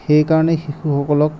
সেইকাৰণে শিশু সকলক